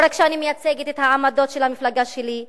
לא רק שאני מייצגת את העמדות של המפלגה שלי,